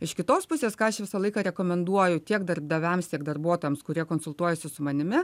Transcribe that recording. iš kitos pusės ką aš visą laiką rekomenduoju tiek darbdaviams tiek darbuotojams kurie konsultuojasi su manimi